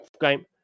game